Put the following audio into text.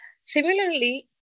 Similarly